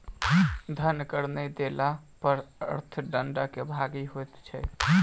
धन कर नै देला पर अर्थ दंडक भागी होइत छै